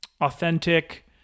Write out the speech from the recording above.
authentic